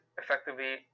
effectively